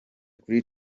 kuri